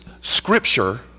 scripture